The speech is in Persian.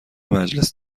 مجلس